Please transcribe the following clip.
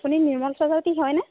আপুনি নিৰ্মল চক্ৰৱৰ্তী হয়নে